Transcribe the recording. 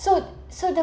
so so the